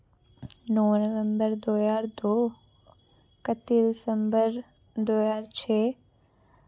नौ नवम्बर दो ज्हार दो कत्ती दिसम्बर दो ज्हार छे